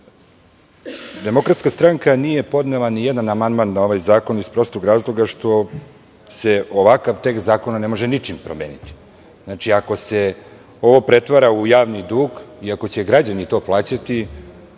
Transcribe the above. ministar, DS nije podnela ni jedan amandman na ovaj zakon iz prostog razloga što se ovakav tekst zakona ne može ničim promeniti. Ako se ovo pretvara u javni dug i ako će građani to plaćati,